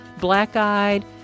black-eyed